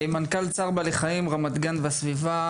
מנכ"ל צער בעלי חיים רמת גן והסביבה,